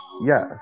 Yes